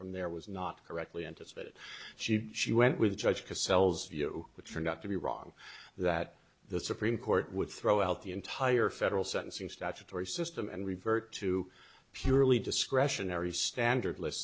from there was not correctly anticipated she she went with a judge to cells view which turned out to be wrong that the supreme court would throw out the entire federal sentencing statutory system and revert to purely discretionary standard